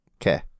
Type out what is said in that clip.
Okay